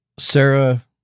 Sarah